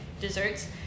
desserts